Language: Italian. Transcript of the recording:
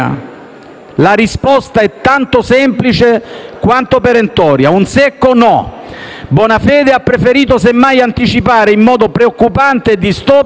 La risposta è tanto semplice quanto perentoria: un secco «no». Il ministro Bonafede ha preferito semmai anticipare, in modo preoccupante e distopico,